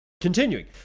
Continuing